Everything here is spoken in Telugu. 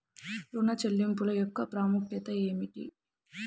ఋణ చెల్లింపుల యొక్క ప్రాముఖ్యత ఏమిటీ?